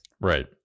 right